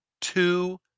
two